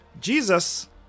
Jesus